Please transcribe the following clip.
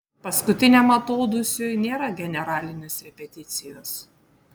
paskutiniam atodūsiui nėra generalinės repeticijos